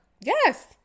yes